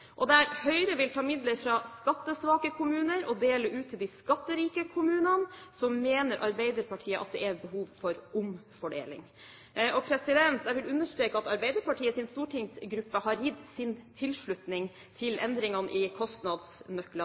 Der Høyre vil ta midler fra skattesvake kommuner og dele ut til de skatterike kommunene, mener Arbeiderpartiet at det er behov for omfordeling. Jeg vil understreke at Arbeiderpartiets stortingsgruppe har gitt sin tilslutning til endringene i kostnadsnøklene